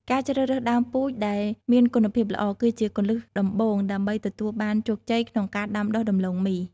ការជ្រើសរើសដើមពូជដែលមានគុណភាពល្អ គឺជាគន្លឹះដំបូងដើម្បីទទួលបានជោគជ័យក្នុងការដាំដុះដំឡូងមី។